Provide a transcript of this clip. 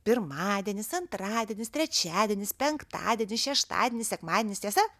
pirmadienis antradienis trečiadienis penktadienis šeštadienis sekmadienis tiesa